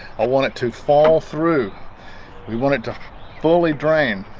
i want it to fall through we want it to fully drain